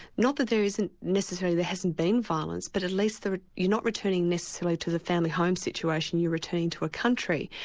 not that there isn't necessarily there hasn't been violence, but at least you're not returning necessarily to the family home situation, you're returning to a country.